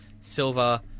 Silver